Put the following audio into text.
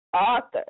author